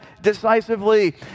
decisively